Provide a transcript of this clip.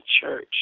church